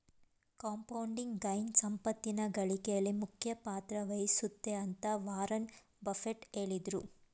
compounding gain ಸಂಪತ್ತಿನ ಗಳಿಕೆಯಲ್ಲಿ ಮುಖ್ಯ ಪಾತ್ರ ವಹಿಸುತ್ತೆ ಅಂತ ವಾರನ್ ಬಫೆಟ್ ಹೇಳಿದ್ರು